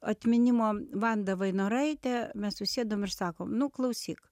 atminimo vanda vainoraite mes susėdom ir sakom nu klausyk